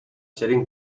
sitting